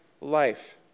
life